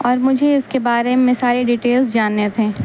اور مجھے اس کے بارے میں سارے ڈیٹیلس جاننے تھے